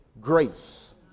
grace